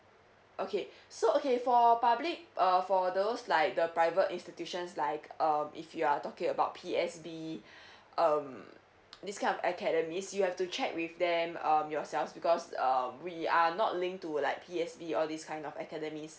okay so okay for public uh for those like the private institutions like um if you are talking about P_S_B um this kind of academies you have to check with them um yourselves because um we are not linked to like P_S_B the all these kind academies